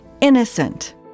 innocent